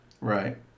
right